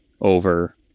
over